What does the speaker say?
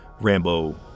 Rambo